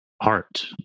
art